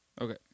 Okay